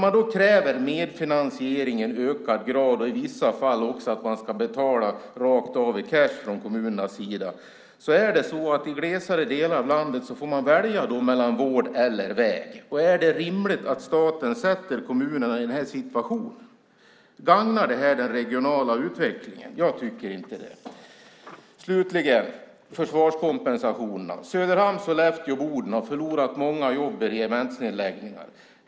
Med kravet på medfinansiering i ökad grad och i vissa fall att kommunerna ska betala rakt av i cash får man i glesare delar av landet välja vård eller väg. Är det rimligt att staten försätter kommunerna i den här situationen? Gagnar det den regionala utvecklingen? Jag tycker inte det. Slutligen försvarskompensationerna: Söderhamn, Sollefteå och Boden har förlorat många jobb vid regementsnedläggningar.